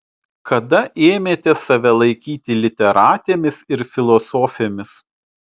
kada ėmėte save laikyti literatėmis ir filosofėmis